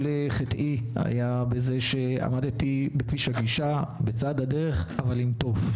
כל חטאי היה בזה שעמדתי בכביש הגישה בצד הדרך אבל עם תוף.